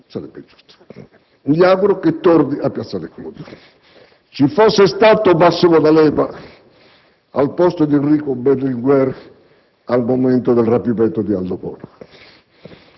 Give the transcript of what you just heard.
sarebbe ingiusto. Mi auguro che il Ministro torni a piazzale Clodio. Ci fosse stato Massimo D'Alema al posto di Enrico Berlinguer al momento del rapimento di Aldo Moro!